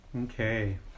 okay